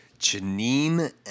Janine